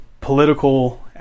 political